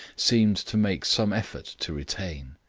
seemed to make some effort to retain.